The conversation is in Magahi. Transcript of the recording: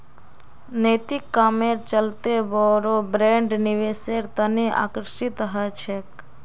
नैतिक कामेर चलते बोरो ब्रैंड निवेशेर तने आकर्षित ह छेक